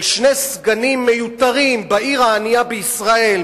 של שני סגנים מיותרים בעיר הענייה בישראל,